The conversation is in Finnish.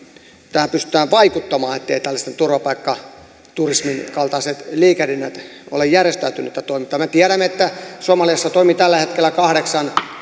tähän pystytään vaikuttamaan etteivät tällaiset turvapaikkaturismin kaltaiset liikehdinnät ole järjestäytynyttä toimintaa minä tiedän että somaliassa toimii tällä hetkellä kahdeksan